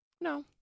No